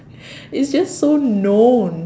it's just so known